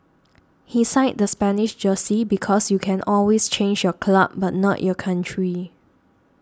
he signed the Spanish jersey because you can always change your club but not your country